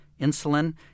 insulin